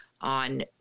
on